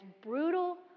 brutal